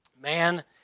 Man